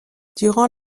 durant